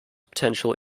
potential